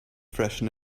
freshen